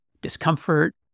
discomfort